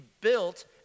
built